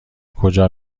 کجا